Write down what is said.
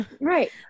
Right